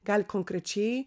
gali konkrečiai